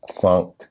funk